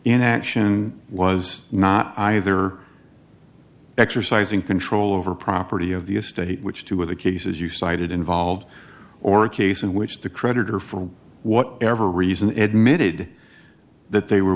an action was not either exercising control over property of the estate which two of the cases you cited involved or a case in which the creditor for whatever reason admitting that they were